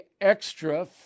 extra